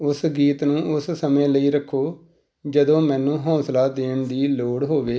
ਉਸ ਗੀਤ ਨੂੰ ਉਸ ਸਮੇਂ ਲਈ ਰੱਖੋ ਜਦੋਂ ਮੈਨੂੰ ਹੌਂਸਲਾ ਦੇਣ ਦੀ ਲੋੜ ਹੋਵੇ